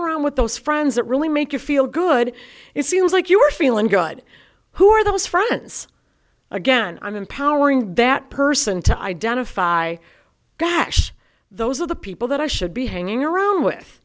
around with those friends that really make you feel good it seems like you were feeling good who are those friends again i'm empowering that person to identify crash those are the people that i should be hanging around with